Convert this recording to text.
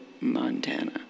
Montana